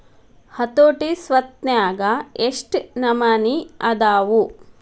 ಹತೋಟಿ ಸ್ವತ್ನ್ಯಾಗ ಯೆಷ್ಟ್ ನಮನಿ ಅದಾವು?